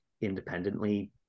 independently